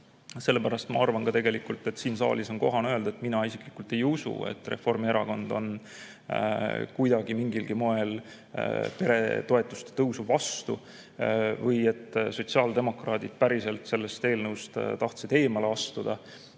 Sellepärast ma arvan, et siin saalis on kohane öelda: mina isiklikult ei usu, et Reformierakond on kuidagi, mingilgi moel peretoetuste tõusu vastu või et sotsiaaldemokraadid päriselt sellest eelnõust tahtsid eemale astuda.